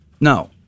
No